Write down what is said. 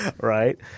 right